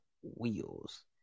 wheels